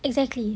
exactly